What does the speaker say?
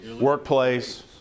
workplace